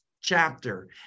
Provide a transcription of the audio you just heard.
chapter